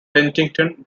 penticton